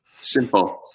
Simple